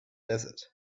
desert